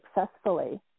successfully